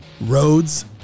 Roads